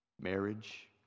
Marriage